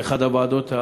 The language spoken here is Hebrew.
באחת הוועדות,